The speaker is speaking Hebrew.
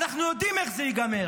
אנחנו יודעים איך זה ייגמר,